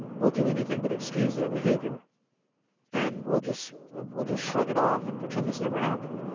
will do anything but excuse their behavior and we'll just we'll just shrug it off and pretend this never happened